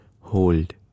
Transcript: hold